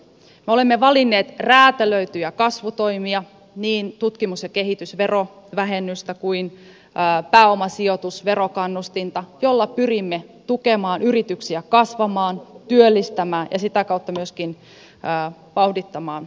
me olemme valinneet räätälöityjä kasvutoimia niin tutkimus ja kehitysverovähennystä kuin pääomasijoitusverokannustintakin joilla pyrimme tukemaan yrityksiä kasvamaan työllistämään ja sitä kautta myöskin vauhdittamaan taloutta